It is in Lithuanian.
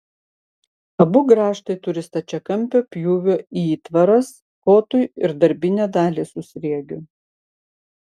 abu grąžtai turi stačiakampio pjūvio įtvaras kotui ir darbinę dalį su sriegiu